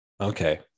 okay